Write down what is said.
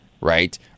Right